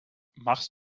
machst